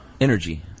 Energy